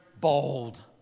bold